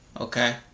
Okay